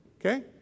Okay